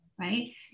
right